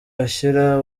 ashyira